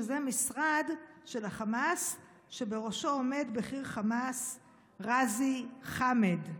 שזה משרד של החמאס שבראשו עומד בכיר חמאס ע'אזי חאמד.